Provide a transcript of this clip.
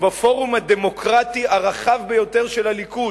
שבפורום הדמוקרטי הרחב ביותר של הליכוד,